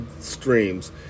streams